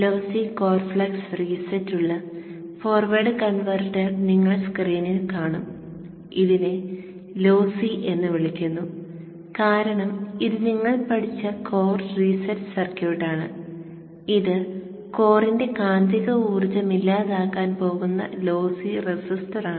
lossy core flux reset ഉള്ള forward converter നിങ്ങൾ സ്ക്രീനിൽ കാണും ഇതിനെ ലോസി എന്ന് വിളിക്കുന്നു കാരണം ഇത് നിങ്ങൾ പഠിച്ച കോർ റീസെറ്റ് സർക്യൂട്ട് ആണ് ഇത് കോറിന്റെ കാന്തിക ഊർജ്ജം ഇല്ലാതാക്കാൻ പോകുന്ന ലോസി റെസിസ്റ്ററാണ്